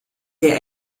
der